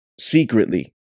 secretly